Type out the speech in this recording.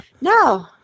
no